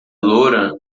loura